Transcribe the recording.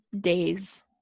days